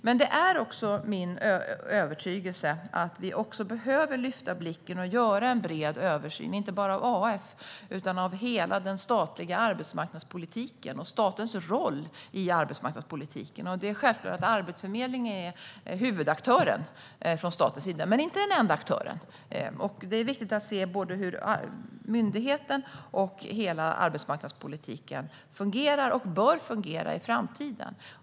Men det är min övertygelse att vi också behöver lyfta blicken och göra en bred översyn, inte bara av AF utan av hela den statliga arbetsmarknadspolitiken och statens roll i arbetsmarknadspolitiken. Det är självklart att Arbetsförmedlingen är huvudaktören från statens sida, men den är inte den enda aktören. Det är viktigt att se hur både myndigheten och hela arbetsmarknadspolitiken fungerar och bör fungera i framtiden.